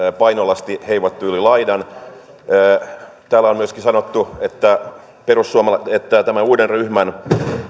painolasti heivattu yli laidan täällä on myöskin sanottu että tämän uuden ryhmän